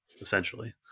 Essentially